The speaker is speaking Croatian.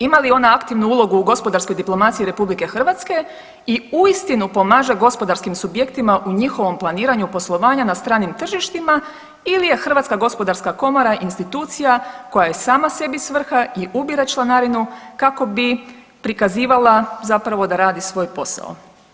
Ima li ona aktivnu ulogu u gospodarskoj diplomaciji RH i uistinu pomaže gospodarskim subjektima u njihovom planiranju poslovanja na stranim tržištima ili je HGK institucija koja je sama sebi svrha i ubire članarinu kako bi prikazivala zapravo da radi svoj posao.